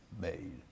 made